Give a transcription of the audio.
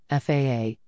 FAA